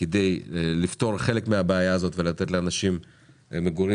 כדי לפתור חלק מהבעיה הזאת ולתת לאנשים מגורים,